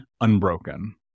unbroken